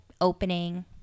opening